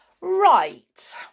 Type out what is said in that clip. Right